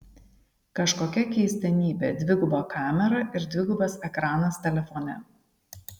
kažkokia keistenybė dviguba kamera ir dvigubas ekranas telefone